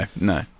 No